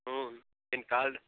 pan card